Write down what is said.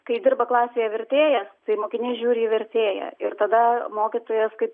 kai dirba klasėje vertėjas tai mokiniai žiūri į vertėją ir tada mokytojas kaip